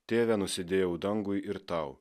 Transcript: tėve nusidėjau dangui ir tau